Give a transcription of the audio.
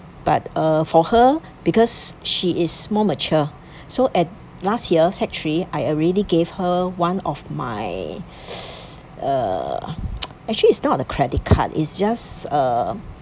but uh for her because she is more matured so at last year sec~ three I already gave her one of my uh actually it's not a credit card is just a